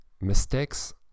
mistakes